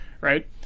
right